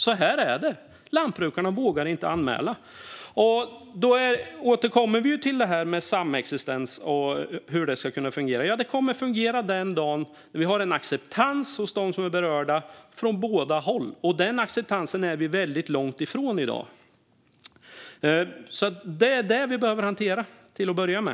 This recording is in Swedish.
Så här är det. Lantbrukarna vågar inte anmäla. Då återkommer vi till det här med samexistens och hur det ska kunna fungera. Ja, det kommer att fungera den dag då vi har en acceptans hos dem som är berörda - från båda håll. Den acceptansen är vi väldigt långt ifrån i dag. Det är det vi behöver hantera till att börja med.